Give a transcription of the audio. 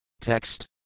Text